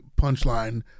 punchline